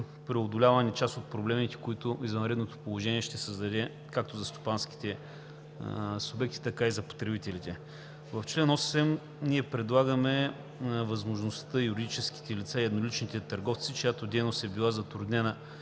преодоляване част от проблемите, които извънредното положение ще създаде както за стопанските субекти, така и за потребителите. В чл. 8 ние предлагаме възможността юридическите лица и едноличните търговци, чиято дейност е била затруднена